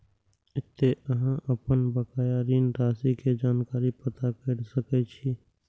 एतय अहां अपन बकाया ऋण राशि के जानकारी पता कैर सकै छी